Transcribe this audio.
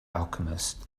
alchemist